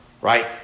right